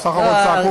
הם בסך הכול צעקו,